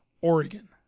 Oregon